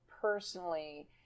personally